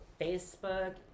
Facebook